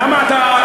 למה אתה,